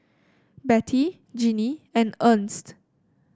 Bette Jinnie and Ernst